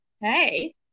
Hey